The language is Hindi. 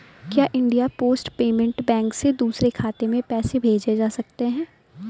क्या इंडिया पोस्ट पेमेंट बैंक से दूसरे खाते में पैसे भेजे जा सकते हैं?